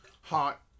hot